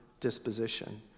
disposition